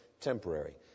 temporary